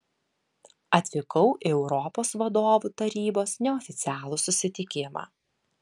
atvykau į europos vadovų tarybos neoficialų susitikimą